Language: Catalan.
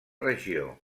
regió